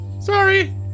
Sorry